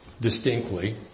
distinctly